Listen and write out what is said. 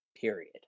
Period